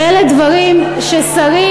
ואלה דברים ששרים,